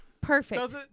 Perfect